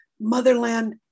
motherland